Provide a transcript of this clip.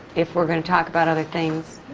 if we're gonna talk about other things.